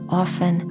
often